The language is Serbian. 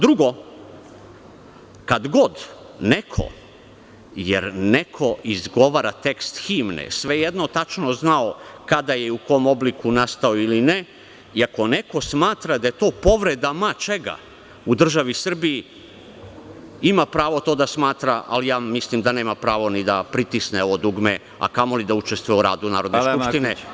Drugo, kad god neko, jer neko izgovara tekst himne, svejedno tačno znao kada i u kom obliku je nastao ili ne, i ako neko smatra da je to povreda ma čega u državi Srbiji, ima pravo to da smatra, ali ja mislim da nema pravo ni da pritisne ovo dugme, a kamoli da učestvuje u radu Narodne skupštine.